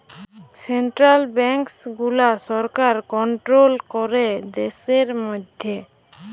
central banks গুলা সরকার control ক্যরে দ্যাশের ম্যধে